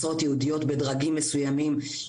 משרות ייעודיות בדרגים מסוימים.